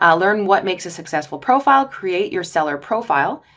ah learn what makes a successful profile create your seller profile,